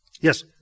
Yes